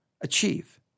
achieve